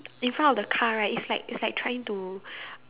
in front of the car right it's like it's like trying to